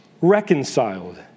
reconciled